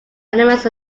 elements